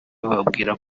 bababwira